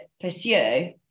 pursue